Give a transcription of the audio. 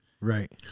Right